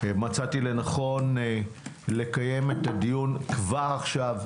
מצאתי לנכון לקיים את הדיון כבר עכשיו,